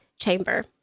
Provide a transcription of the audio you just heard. chamber